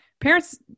parents